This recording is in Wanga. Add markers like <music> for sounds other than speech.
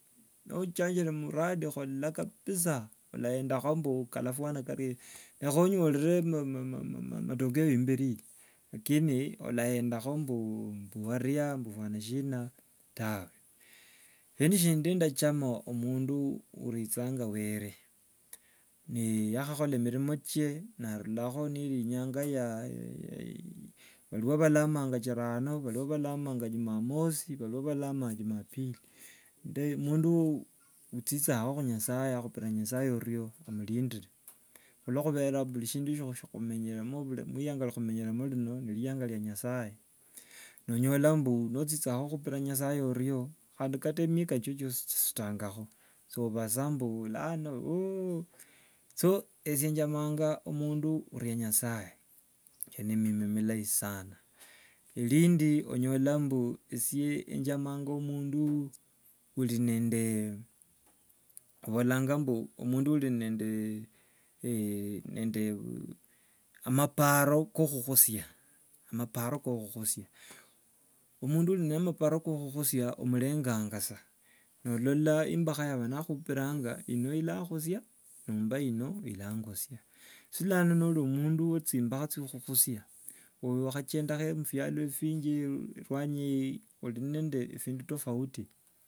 Nochanjire muradi khola kabisa olaendakho mbu kalafwany karie rekha onyorere m- ma- matokeo yemberi lakini olayendakho mbu waria mbu fwana shina tawe. Shindu shindi ndachama mundu orichinga were <hesitation> nikhamala mirimo chye na arulakho ni iri inyanga ya- <hesitation> bharuo bhalamanga chirano, bharuo bhalamanga jumamosi, bharuo bhalamanga jumapili. Ne mundu ochichangakho nyasaye, akhupira nyasaye aryoo ngo onindire khulokhubera bhuri shindu shikhumenyeremo erianga ri khumenyeremo rino ni erianga rya nyasy. Onyola mbu nocha khupira nyasaye oryo kata micha- kichoo kisutangakho. Sobasa mbu lano <hesitation> so esye njamanga omundu uurya nyasaye, ne- mima milayi sana. Erindi onyola mbu esye njamanga mundu uri nende bhabolanga mbu mundu uri nende <hesitation> amaparo ko- okhukhusia amaparo ko- okhukhusia. Omurenganga sa nolola imbakha yabere nakhumbiranga ino ilakhukhusia nomba ino ilangusia. Lano nori mundu wechimbakha chokhukhusia obe wakendakho mubialo binji erwanyi eyi ori nende bindu tofauti.